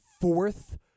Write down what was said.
fourth